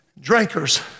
drinkers